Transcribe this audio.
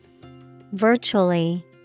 Virtually